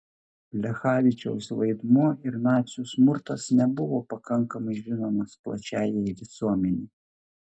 plechavičiaus vaidmuo ir nacių smurtas nebuvo pakankamai žinomas plačiajai visuomenei